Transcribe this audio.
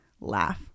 laugh